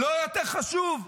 זה לא יותר חשוב?